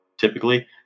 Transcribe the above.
typically